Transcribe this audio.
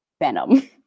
Venom